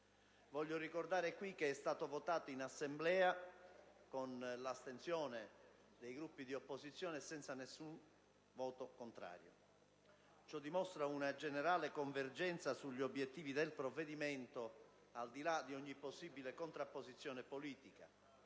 legge di conversione è stato votato in Assemblea con l'astensione dei Gruppi di opposizione e senza nessun voto contrario, a dimostrazione di una generale convergenza sugli obiettivi del provvedimento, al di là di ogni possibile contrapposizione politica.